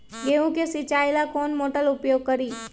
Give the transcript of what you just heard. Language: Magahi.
गेंहू के सिंचाई ला कौन मोटर उपयोग करी?